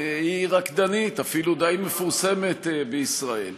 היא רקדנית, אפילו די מפורסמת, בישראל.